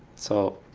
so